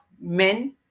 men